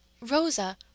Rosa